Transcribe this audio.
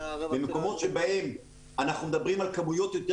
במקומות שבהם אנחנו מדברים על כמויות יותר